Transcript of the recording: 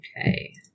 okay